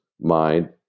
mind